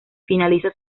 finaliza